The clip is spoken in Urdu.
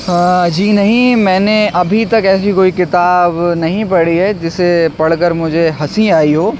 ہاں جی نہیں میں نے ابھی تک ایسی کوئی کتاب نہیں پڑھی ہے جسے پڑھ کر مجھے ہنسی آئی ہو